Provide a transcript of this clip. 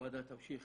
הוועדה תמשיך